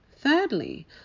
Thirdly